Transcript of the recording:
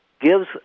gives